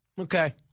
okay